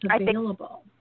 available